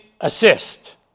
assist